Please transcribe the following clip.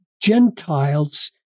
Gentiles